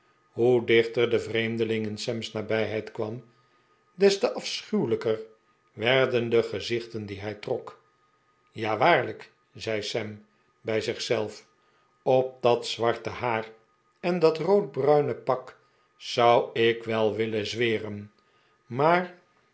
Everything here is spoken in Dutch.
hoe dichter de vreemdeling in sam's nabijheid kwam des te afschuwelijker werden de gezichten die hij trok ja waarlijk zei samuel bij zich zelf op dat zwarte haar en dat roodbruine pak zou ik wel willen zweren maar